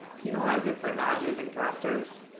penalize it for not using thrusters